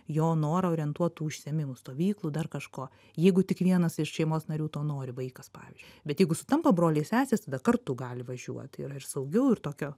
jo norą orientuotų užsiėmimų stovyklų dar kažko jeigu tik vienas iš šeimos narių to nori vaikas pavyzdžiui bet jeigu sutampa broliai ir sesės tada kartu gali važiuot yra ir saugiau ir tokio